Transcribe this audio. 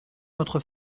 notre